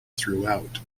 throughout